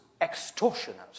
extortionate